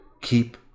Keep